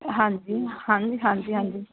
ਹਾਂਜੀ ਹਾਂਜੀ ਹਾਂਜੀ ਹਾਂਜੀ